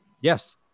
yes